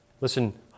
Listen